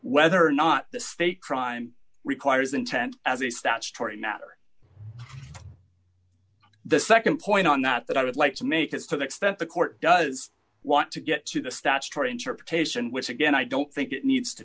whether or not the state crime requires intent as a statutory matter the nd point on that that i would like to make is to the extent the court does want to get to the statutory interpretation which again i don't think it needs to